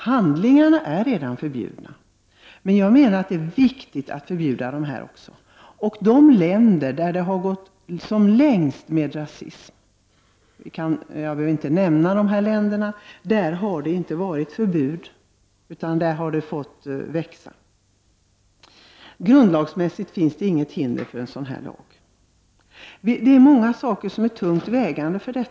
Handlingarna är redan förbjudna, men det är enligt min mening viktigt att också förbjuda dessa organisationer och grupper. I de länder där rasismen är som värst — jag behöver inte nämna dessa länder vid namn — har det inte funnits förbud mot sådana organisationer och sammanslutningar, utan de har fått verka fritt. Grundlagsmässigt finns inget hinder för en sådan lag. Många faktorer väger tungt för dess stiftande.